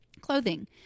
clothing